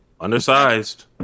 Undersized